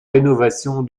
rénovation